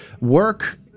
work